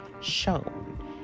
shown